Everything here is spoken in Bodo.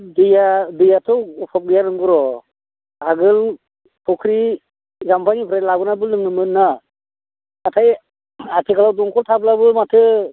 दैया दैयाथ' अभाब गैया नंगौ र' आगोल फख्रि जाम्फैनिफ्राय लाबोनानैबो लोङोमोन ना नाथाय आथिखालाव दंखल थाब्लाबो माथो